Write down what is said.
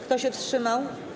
Kto się wstrzymał?